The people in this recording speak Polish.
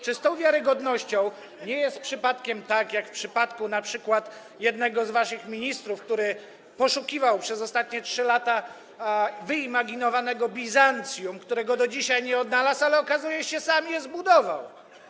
Czy z tą wiarygodnością nie jest przypadkiem tak, jak np. z jednym z waszych ministrów, który poszukiwał przez ostatnie 3 lata wyimaginowanego Bizancjum, którego do dzisiaj nie odnalazł, ale okazuje się, że sam je zbudował.